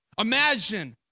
Imagine